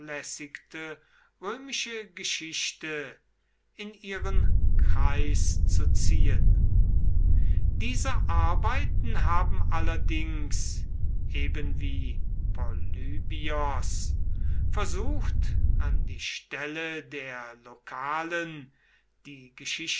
geschichte in ihren kreis zu ziehen diese arbeiten haben allerdings ebenwie polybios versucht an die stelle der lokalen